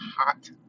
hot